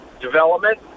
development